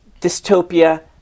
dystopia